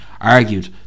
argued